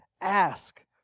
ask